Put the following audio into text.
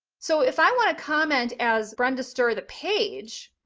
so if i want to comment as brenda ster the page,